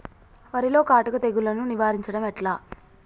వరిలో కాటుక తెగుళ్లను నివారించడం ఎట్లా?